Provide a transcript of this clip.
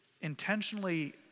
intentionally